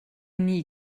nie